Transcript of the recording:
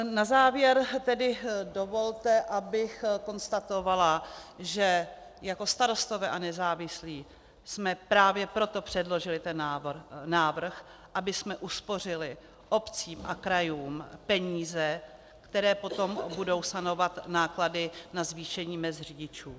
Na závěr tedy dovolte, abych konstatovala, že jako Starostové a nezávislí jsme právě proto předložili ten návrh, abychom uspořili obcím a krajům peníze, které potom budou sanovat náklady na zvýšení mezd řidičů.